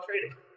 trading